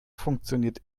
funktioniert